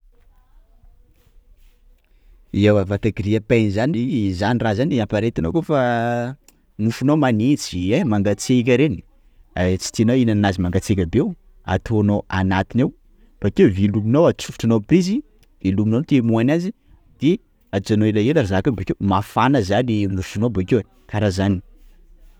Ewa vata grille à pain zany zany raha zany appareil itanao kôfa mofonao magnitsy ein, mangatsiaka reny, tsy tianao hihinana anazy mangatsiaka be io, ataonao anatiny ao; bakeo velominao atsofotranao prisy; velominao ny temoin-nazy; de ajanonano elaela zaka io, bakeo mafana zany mofonao bakeo e! _x000D_ Kara zany.